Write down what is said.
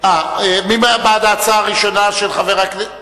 מי בעד ההצעה הראשונה של חבר הכנסת, 4,